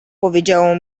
powiedziało